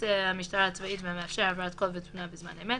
שתקצה המשטרה הצבאית והמאפשר העברת קול ותמונה בזמן אמת,